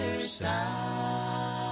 side